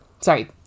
Sorry